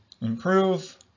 improve